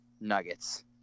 nuggets